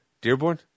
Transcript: Dearborn